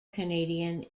canadian